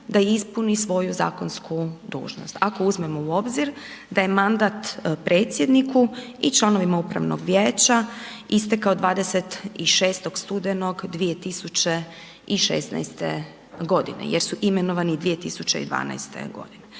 da ispuni svoju zakonsku dužnost. Ako uzmemo u obzir da je mandat predsjedniku i članovima upravnog vijeća istekao 26. studenog 2016. godine jer su imenovani 2021. godine.